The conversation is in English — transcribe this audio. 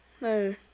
No